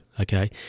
okay